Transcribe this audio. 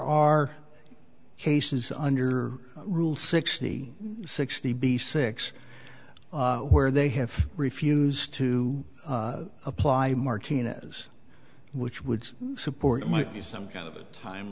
are cases under rule sixty sixty b six where they have refused to apply martinez which would support might be some kind of a time